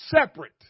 separate